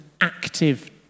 active